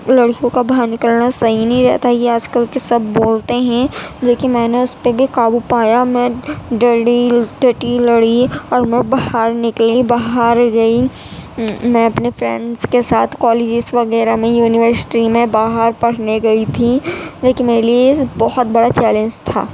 لڑکیوں کا باہر نکلنا صحیح نہیں رہتا ہے یہ آج کل کے سب بولتے ہیں لیکن میں نے اس پہ بھی قابو پایا میں ڈڑی دٹی لڑی اور میں باہر نکلی باہر گئی میں اپنے فرینڈس کے ساتھ کالجیز وغیرہ میں یونیورسٹی میں باہر پڑھنے گئی تھی لیکن میرے لیے یہ بہت بڑا چیلنج تھا